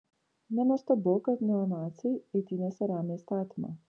nenuostabu kad neonaciai eitynėse remia įstatymą